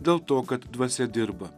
dėl to kad dvasia dirba